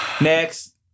Next